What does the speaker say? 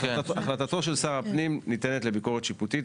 החלטתו של שר הפנים ניתנת לביקורת שיפוטית,